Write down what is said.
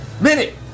Minute